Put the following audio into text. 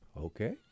okay